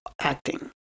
acting